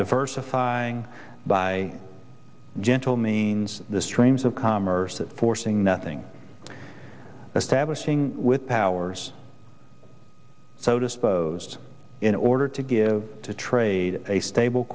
diversifying by gentle means the streams of commerce that forcing nothing establishing with powers so disposed in order to give to trade a stable